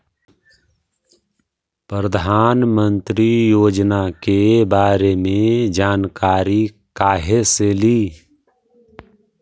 प्रधानमंत्री योजना के बारे मे जानकारी काहे से ली?